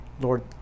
Lord